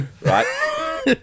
Right